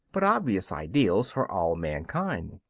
but obvious ideals for all mankind.